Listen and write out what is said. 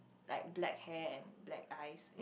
like black hair and black eyes